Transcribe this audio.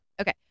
okay